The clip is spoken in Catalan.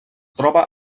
troba